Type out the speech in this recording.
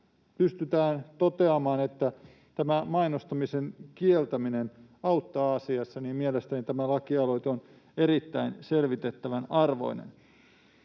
pystytään toteamaan, että tämä mainostamisen kieltäminen auttaa asiassa, niin mielestäni tämä lakialoite on erittäin selvitettävän arvoinen.